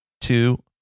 Two